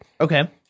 Okay